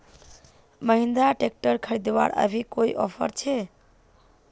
Mahindra tractor खरीदवार अभी कोई ऑफर छे?